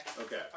Okay